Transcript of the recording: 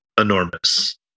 enormous